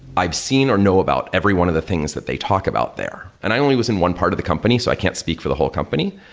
i've seen or know about every one of the things that they talk about there, and i only was in one part of the company. so i can't speak for the whole company,